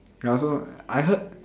ya also I heard